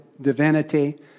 divinity